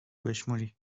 بشمری